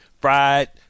fried